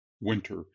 winter